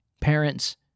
Parents